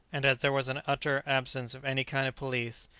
and as there was an utter absence of any kind of police,